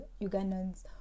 Ugandans